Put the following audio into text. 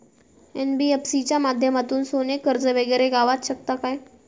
NBFC च्या माध्यमातून सोने कर्ज वगैरे गावात शकता काय?